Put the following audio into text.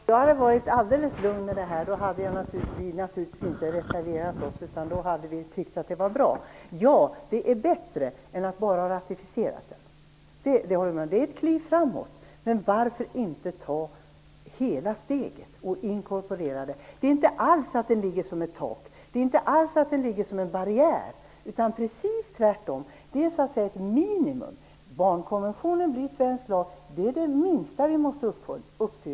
Herr talman! Om jag hade varit alldeles lugn med detta hade vi i Miljöpartiet naturligtvis inte reserverat oss utan nöjt oss med detta. Ja, det är bättre att införliva barnkonventionen än att bara ratificera den. Det är ett kliv framåt. Men varför kan man inte ta hela steget och inkorporera den? Det innebär inte alls att det skulle fungera som ett tak eller som en barriär utan precis tvärtom, nämligen att det skulle fungera som minimikrav. Att barnkonventionen blir svensk lag är det minsta som vi måste uppnå.